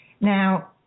Now